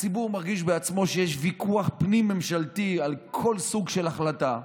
הציבור מרגיש בעצמו שיש ויכוח פנים-ממשלתי על כל סוג של החלטה,